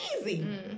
easy